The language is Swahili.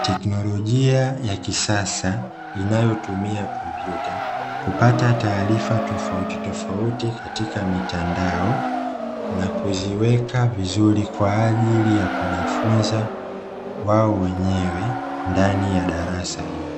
teknolojia ya kisasa, inayotumia kompyuta kupata taarifa tofautitofauti katika mitandao, na kuziweka vizuri kwa ajili ya kujifunza wao wenyewe ndani ya darasa hiyo.